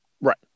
Right